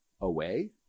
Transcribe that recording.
away